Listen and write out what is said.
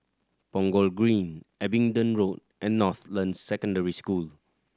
Punggol Green Abingdon Road and Northland Secondary School